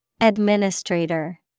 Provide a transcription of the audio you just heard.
Administrator